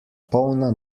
polna